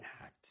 act